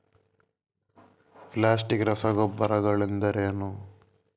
Plastic ರಸಗೊಬ್ಬರಗಳೆಂದರೇನು?